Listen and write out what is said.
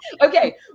Okay